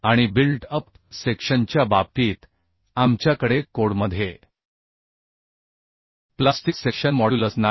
आणि built up सेक्शनच्या बाबतीत आमच्याकडे कोडमध्ये प्लास्टिक सेक्शन मॉड्युलस नाही